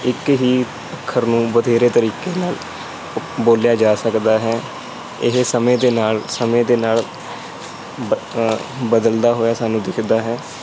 ਇੱਕ ਹੀ ਅੱਖਰ ਨੂੰ ਬਥੇਰੇ ਤਰੀਕੇ ਨਾਲ ਬੋਲਿਆ ਜਾ ਸਕਦਾ ਹੈ ਇਹ ਸਮੇਂ ਦੇ ਨਾਲ ਸਮੇਂ ਦੇ ਨਾਲ ਬ ਬਦਲਦਾ ਹੋਇਆ ਸਾਨੂੰ ਦਿਖਦਾ ਹੈ